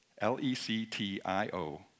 L-E-C-T-I-O